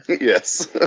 yes